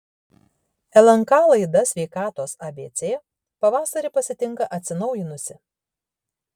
lnk laida sveikatos abc pavasarį pasitinka atsinaujinusi